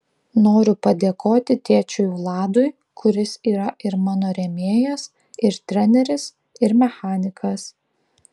noriu padėkoti tėčiui vladui kuris yra ir mano rėmėjas ir treneris ir mechanikas